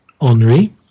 Henri